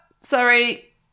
sorry